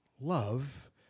Love